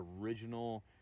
original